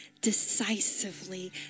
decisively